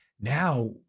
now